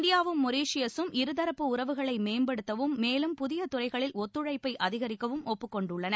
இந்தியாவும் மொரீஷியசும் இருதரப்பு உறவுகளை மேம்படுத்தவும் மேலும் புதிய துறைகளில் ஒத்துழைப்பை அதிகரிக்கவும் ஒப்புக்கொண்டுள்ளன